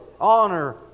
honor